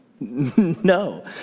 No